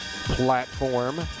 platform